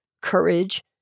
courage